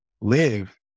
live